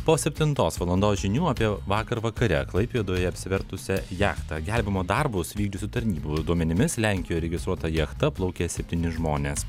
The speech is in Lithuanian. po septintos valandos žinių apie vakar vakare klaipėdoje apsivertusią jachtą gelbėjimo darbus vykdžiusių tarnybų duomenimis lenkijoje registruota jachta plaukė septyni žmonės